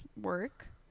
work